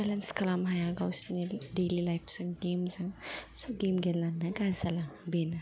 balance खालामनो हाया गावसोरनि डेलि लाइफजों गेमजों स' गेम गेलेनानै गाज्रि जालाङो बेनो